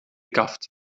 kaft